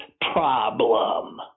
problem